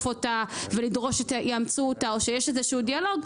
אותה או לדרוש שיאמצו אותה או שיש איזשהו דיאלוג,